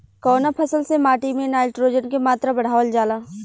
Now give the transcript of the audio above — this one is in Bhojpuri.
कवना फसल से माटी में नाइट्रोजन के मात्रा बढ़ावल जाला?